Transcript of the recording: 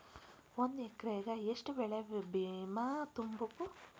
ಒಂದ್ ಎಕ್ರೆಗ ಯೆಷ್ಟ್ ಬೆಳೆ ಬಿಮಾ ತುಂಬುಕು?